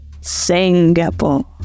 Singapore